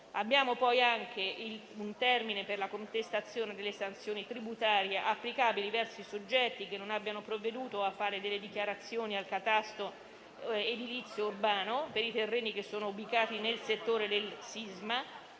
Abbiamo poi anche un termine per la contestazione delle sanzioni tributarie applicabili verso i soggetti che non abbiano provveduto a fare delle dichiarazioni al catasto edilizio urbano per i terreni che sono ubicati nel settore del sisma